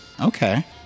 Okay